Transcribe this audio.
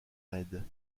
aide